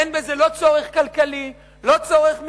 אין בזה לא צורך כלכלי, לא צורך מקצועי,